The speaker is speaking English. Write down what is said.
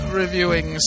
reviewing